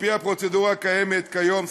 על-פי הפרוצדורה הקיימת כיום,